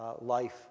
life